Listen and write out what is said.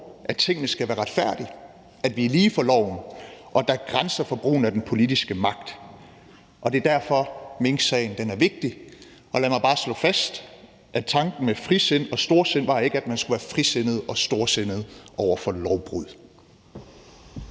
at tingene skal være retfærdige, at vi er lige for loven, og at der er grænser for brugen af den politiske magt. Det er derfor, minksagen er vigtig, og lad mig bare slå fast, at tanken med frisind og storsind ikke var, at man skulle være frisindet og storsindet over for lovbrud.